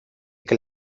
que